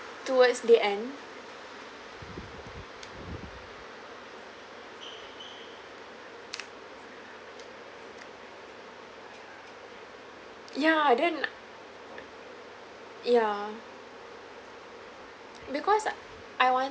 towards the end ya then ya because I want